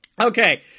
Okay